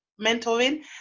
mentoring